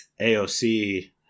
aoc